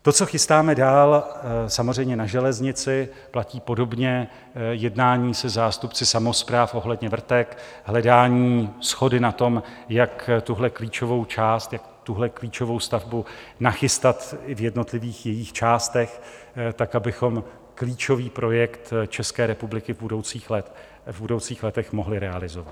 To, co chystáme dál samozřejmě na železnici, platí podobně, jednání se zástupci samospráv ohledně vrtek, hledání shody na tom, jak tuhle klíčovou část, jak tuhle klíčovou stavbu nachystat i v jednotlivých jejích částech tak, abychom klíčový projekt České republiky budoucích let v budoucích letech mohli realizovat.